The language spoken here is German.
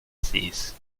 sees